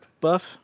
buff